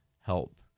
help